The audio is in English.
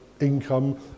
income